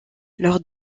lors